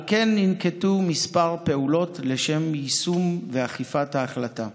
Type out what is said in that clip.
על כן, ננקטו כמה פעולות לשם יישום ואכיפת ההחלטה,